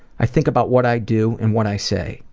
i think about what i do and what i say.